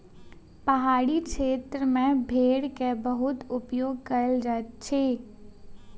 पहाड़ी क्षेत्र में भेड़ के बहुत उपयोग कयल जाइत अछि